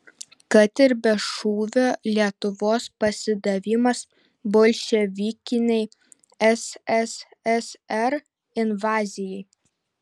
kad ir be šūvio lietuvos pasidavimas bolševikinei sssr invazijai